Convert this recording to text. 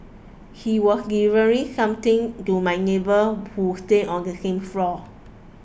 he was delivering something to my neighbour who stay on the same floor